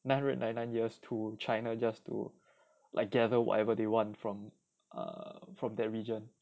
nine hundred and ninety nine years to china just to like gather whatever they want from err from that region